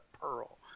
pearl